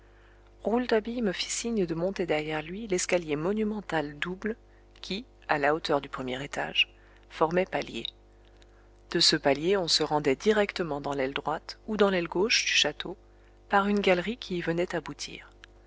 me fit signe de monter derrière lui l'escalier monumental double qui à la hauteur du premier étage formait palier de ce palier on se rendait directement dans l'aile droite ou dans l'aile gauche du château par une galerie qui y venait aboutir